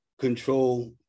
control